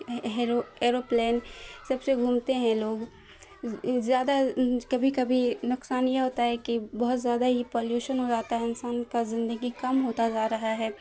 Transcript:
hero aeroplane سب سے گھومتے ہیں لوگ زیادہ کبھی کبھی نقصان یہ ہوتا ہے کہ بہت زیادہ ہی پلیوشن ہو جاتا ہے انسان کا زندگی کم ہوتا جا رہا ہے